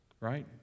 Right